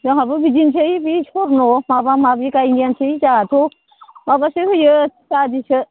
जोंहाबो बिदिनोसै बे स्वर्न' माबा माबि गायनायानोसै जोंहाथ' माबासो होयो आदिसो